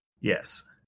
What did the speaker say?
Yes